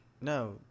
No